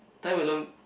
time alone